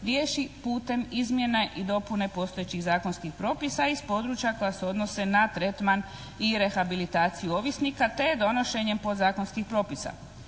riješi putem izmjena i dopune postojećih zakonskih propisa iz područja koja se odnose na tretman i rehabilitaciju ovisnika te donošenjem podzakonskih propisa.